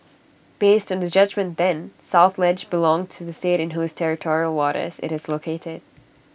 based on the judgement then south ledge belonged to the state in whose territorial waters IT is located